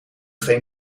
geen